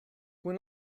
when